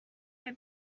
her